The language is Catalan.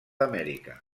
amèrica